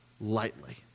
lightly